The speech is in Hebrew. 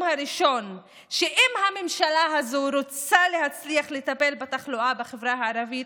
הראשון שאם הממשלה הזאת רוצה להצליח לטפל בתחלואה בחברה הערבית,